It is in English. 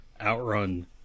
outrun